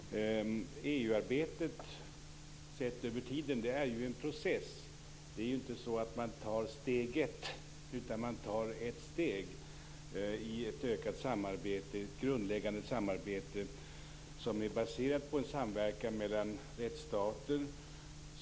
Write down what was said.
Fru talman! EU-arbetet sett över tiden är ju en process. Man tar inte steget, utan man tar ett steg mot ett ökat, grundläggande samarbete baserat på en samverkan mellan rättsstater.